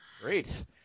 great